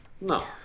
No